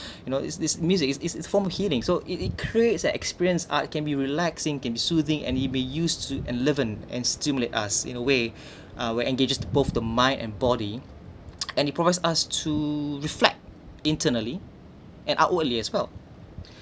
you know is this music is its form healing so it it creates an experience art can be relaxing can soothing and it may used to elevate and stimulate us in a way uh where engaged both the mind and body and it provide us to reflect internally and outwardly as well